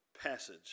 passage